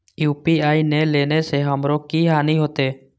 UPI ने लेने से हमरो की हानि होते?